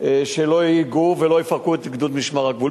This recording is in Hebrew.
שלא ייגעו ולא יפרקו את גדוד משמר הגבול.